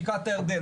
בקעת הירדן.